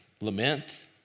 Lament